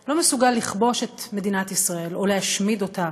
לא מסוגל לכבוש את מדינת ישראל או להשמיד אותה,